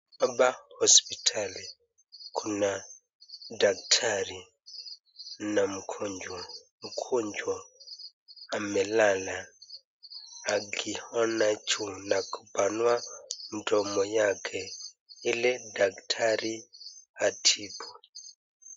Hapa hospitali kuna daktari na mgonjwa. Mgonjwa amelala akiona juu na kupanua mdomo yake ili daktari atibu.